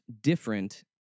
different